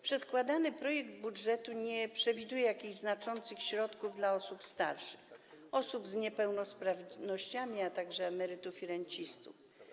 Przedkładany projekt budżetu nie przewiduje jakichś znaczących środków dla osób starszych, osób z niepełnosprawnościami, a także emerytów i rencistów.